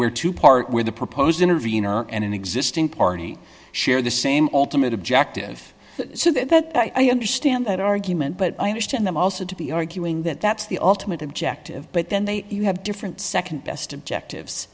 we're to part with the proposed intervener and an existing party share the same ultimate objective so that i understand that argument but i understand them also to be arguing that that's the ultimate objective but then they have different nd best objectives